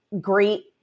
great